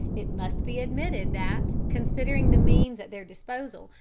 it must be admitted that, considering the means at their disposal,